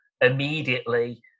immediately